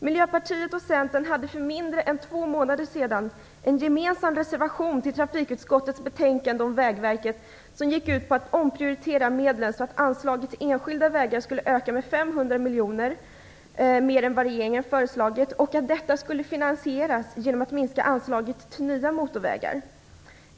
Miljöpartiet och Centern hade för mindre än två månader sedan en gemensam reservation till trafikutskottets betänkande om Vägverket, som gick ut på att omprioritera medlen så att anslaget till enskilda vägar skulle öka med 500 miljoner mer än vad regeringen föreslagit och att detta skulle finansieras genom att anslaget till nya motorvägar minskade.